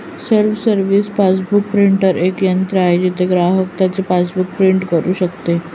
self service passbook printer एक यंत्र आहे जिथे ग्राहक त्याचे पासबुक प्रिंट करू शकतो